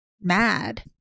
mad